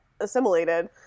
assimilated